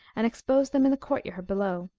and expose them in the court-yard below.